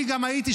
אני גם הייתי,